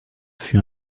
fut